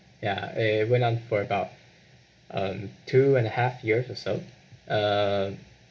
ya it went on for about um two and a half years or so uh